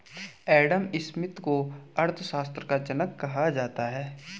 Adam Smith को अर्थशास्त्र का जनक कहा जाता है